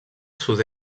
sud